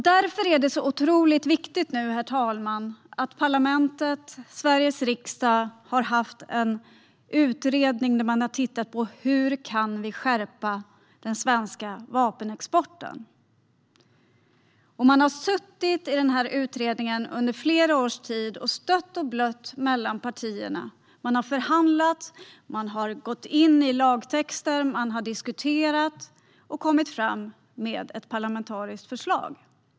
Därför är det så otroligt viktigt, herr talman, att det har gjorts en parlamentarisk utredning där man har tittat på hur den svenska vapenexporten kan skärpas. Utredningen har arbetat under flera års tid och stötts och blötts mellan partierna. Man har förhandlat, gått in i lagtexten, diskuterat och kommit fram med ett parlamentariskt förslag.